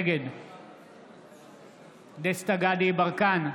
נגד דסטה גדי יברקן,